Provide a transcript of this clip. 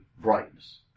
brightness